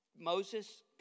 Moses